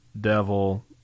Devil